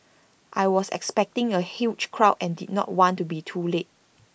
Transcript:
I was expecting A huge crowd and did not want to be too late